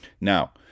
Now